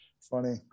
funny